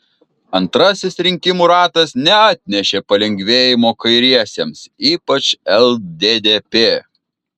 antrasis rinkimų ratas neatnešė palengvėjimo kairiesiems ypač lddp